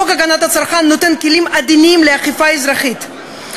חוק הגנת הצרכן נותן כלים עדינים לאכיפה אזרחית,